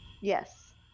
Yes